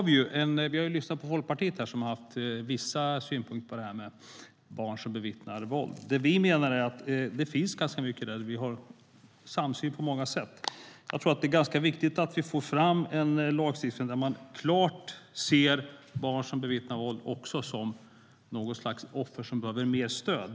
Vi har lyssnat på Folkpartiet, som har haft vissa synpunkter på det här med barn som bevittnar våld. Det vi menar är att det finns ganska mycket där och att vi har samsyn på många sätt. Jag tror att det är ganska viktigt att vi får fram en lagstiftning där man tydligt ser barn som bevittnar våld även som något slags offer som behöver mer stöd.